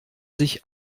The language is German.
sich